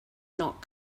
not